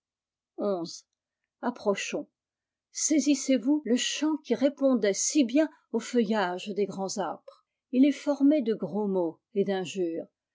approchons saisissez-vous le chant qui répondait si bien au feuillage des grands arbresî il est formé de gros mots et d'injures